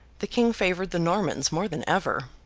the king favoured the normans more than ever.